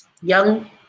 Young